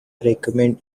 recommend